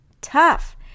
tough